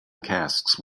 casks